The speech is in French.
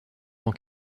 tant